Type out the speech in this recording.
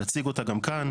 נציג אותה גם כאן.